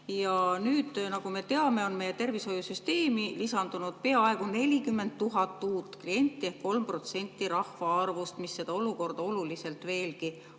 Nüüd, nagu me teame, on meie tervishoiusüsteemi lisandunud peaaegu 40 000 uut klienti ehk 3% rahvaarvust, mis seda olukorda veelgi